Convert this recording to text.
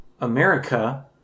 America